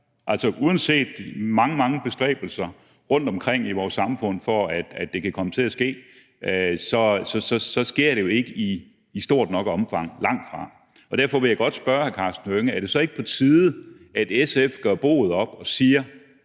mange, mange bestræbelser rundtomkring i vores samfund for, at det kan komme til at ske, sker det jo ikke i stort nok omfang – langtfra. Derfor vil jeg godt spørge hr. Karsten Hønge: Er det så ikke på tide, at SF gør boet op og siger,